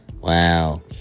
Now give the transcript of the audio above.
Wow